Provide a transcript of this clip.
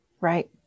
Right